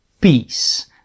peace